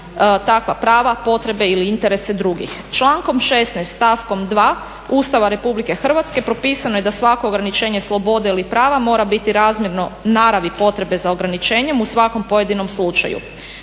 takva prava, potrebe ili interese drugih. Člankom 16. stavkom 2. Ustava Republike Hrvatske propisano je da svako ograničenje slobode ili prava mora biti razmjerno naravi potrebe za ograničenjem u svakom pojedinom slučaju.